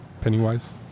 Pennywise